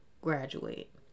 graduate